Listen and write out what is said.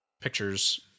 pictures